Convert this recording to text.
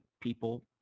people